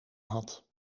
had